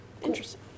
Interesting